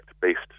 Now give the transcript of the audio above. based